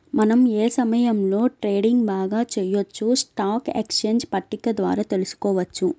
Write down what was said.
మనం ఏ సమయంలో ట్రేడింగ్ బాగా చెయ్యొచ్చో స్టాక్ ఎక్స్చేంజ్ పట్టిక ద్వారా తెలుసుకోవచ్చు